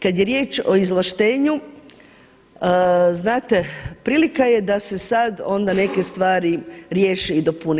Kada je riječ o izvlaštenju znate prilika je da se sad onda neke stvari riješe i dopune.